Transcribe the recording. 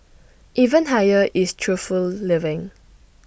even higher is truthful living